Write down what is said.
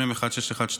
מ/1612,